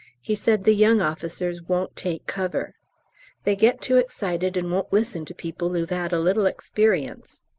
he said the young officers won't take cover they get too excited and won't listen to people who've ad a little experience.